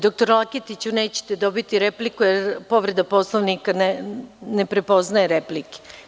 Doktore Laketiću, ne možete dobiti repliku, jer povreda Poslovnika ne prepoznaje repliku.